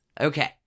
Okay